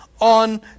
On